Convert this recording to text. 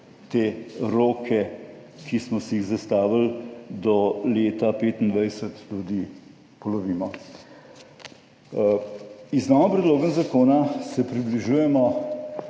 te roke, ki smo si jih zastavili do leta 2025, tudi polovimo. Z novim predlogom zakona se približujemo